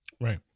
Right